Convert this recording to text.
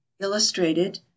Illustrated